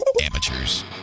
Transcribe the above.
Amateurs